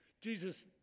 Jesus